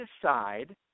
decide